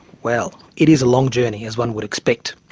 well, it is a long journey, as one would expect.